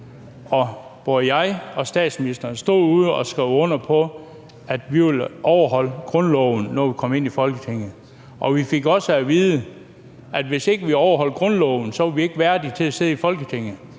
både jeg og statsministeren stod herude i hallen og skrev under på, at vi ville overholde grundloven, når kom ind i Folketinget. Vi fik også at vide, at hvis ikke vi overholdt grundloven, var vi ikke værdige til at sidde i Folketinget.